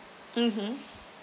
mmhmm